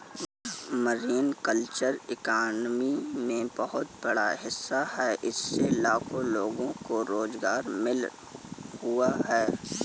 marine culture economy में बहुत बड़ा हिस्सा है इससे लाखों लोगों को रोज़गार मिल हुआ है